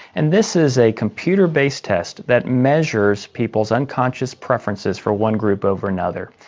and this is a computer-based test that measures people's unconscious preferences for one group over another.